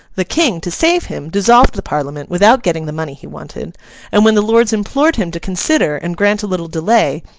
the king, to save him, dissolved the parliament without getting the money he wanted and when the lords implored him to consider and grant a little delay,